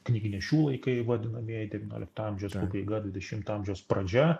knygnešių laikai vadinamieji devyniolikto amžiaus pabaiga dvidešimto amžiaus pradžia